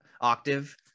octave